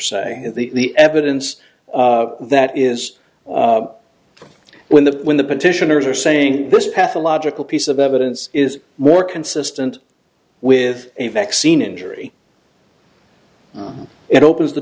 se the evidence that is when the when the petitioners are saying this pathological piece of evidence is more consistent with a vaccine injury it opens the